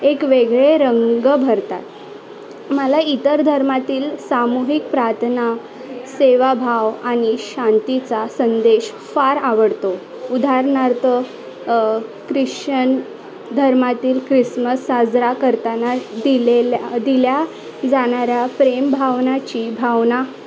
एक वेगळे रंग भरतात मला इतर धर्मातील सामूहिक प्रार्थना सेवाभाव आणि शांतीचा संदेश फार आवडतो उदाहरणार्थ ख्रिश्चन धर्मातील ख्रिसमस साजरा करताना दिलेल्या दिल्या जाणाऱ्या प्रेम भावनाची भावना